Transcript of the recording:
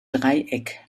dreieck